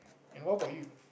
and what about you